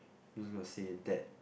I'm just gonna say that